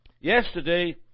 Yesterday